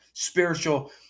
spiritual